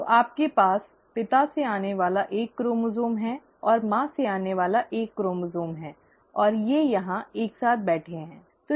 तो आपके पास पिता से आने वाला एक क्रोमोसोम है और माँ से आने वाला एक क्रोमोसोम है और ये यहाँ एक साथ बैठे हैं